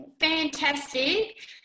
fantastic